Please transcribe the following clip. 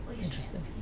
Interesting